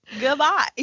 goodbye